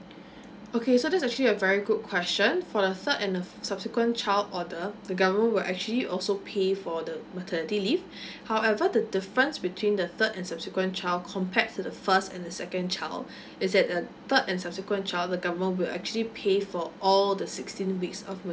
okay so this actually a very good question for your third and fourth subsequent child order the government will actually also pay for the maternity leave however the difference between the third and subsequent child compared to the first and the second child is at uh third and subsequent child the government will actually pay for all the sixteen weeks of maternity